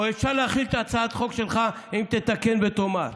או אפשר להכיל את הצעת החוק שלך אם תתקן ותאמר.